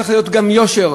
צריך להיות גם יושר,